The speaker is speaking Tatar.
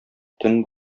төн